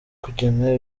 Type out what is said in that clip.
kugena